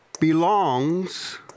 belongs